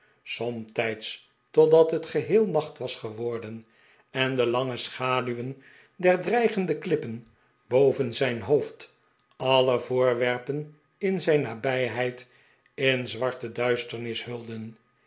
somtijds totdat het geheel naeht was geworden en de lange schaduwen der dreigende klippen boven zijn hoofd alle voorwerpen in zijn nabijheid in zwarte duisternis hidden